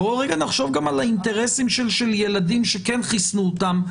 בואו נחשוב גם על האינטרסים של ילדים שכן חיסנו אותם.